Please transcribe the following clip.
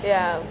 ya